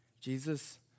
Jesus